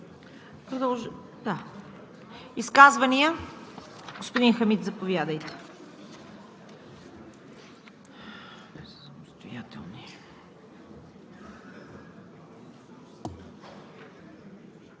Изказвания? Господин Хамид, заповядайте.